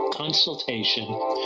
consultation